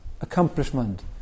accomplishment